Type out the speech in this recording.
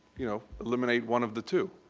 you know, eliminate one of the two.